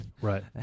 Right